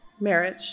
marriage